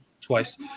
twice